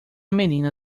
menina